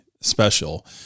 special